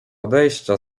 odejścia